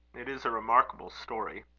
it is a remarkable story.